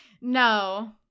no